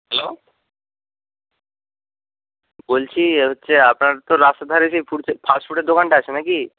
hello বলছি হচ্ছে আপনার তো রাস্তার ধারে যে ফুডস্টে ফাস্টফুডের দোকানটা আছে না কি